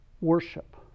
worship